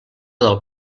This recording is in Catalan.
del